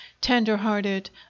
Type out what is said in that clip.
tender-hearted